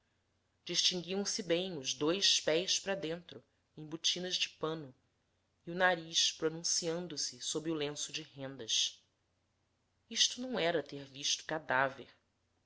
fumo distinguiam se bem os dois pés para dentro em botinas de pano e o nariz pronunciando se sob o lenço de rendas isto não era ter visto cadáver